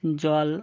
জল